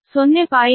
1033 0